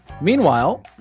Meanwhile